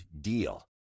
DEAL